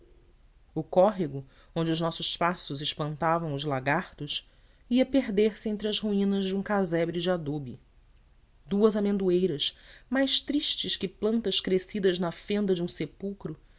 o córrego onde os nossos passos espantavam os lagartos ia perder-se entre as ruínas de um casebre de adobe duas amendoeiras mais tristes que plantas crescidas na fenda de um sepulcro